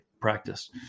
practice